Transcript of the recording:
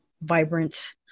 vibrant